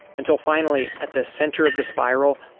until finally, at the center of the spiral,